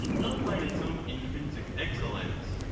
not by its own intrinsic excellence,